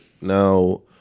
now